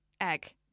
egg